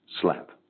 Slap